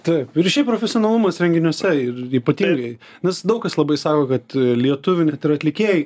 taip ir šiaip profesionalumas renginiuose ir ypatingai nes daug kas labai sako kad lietuvių net ir atlikėjai